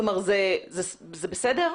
כלומר, זה בסדר?